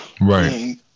right